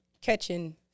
catching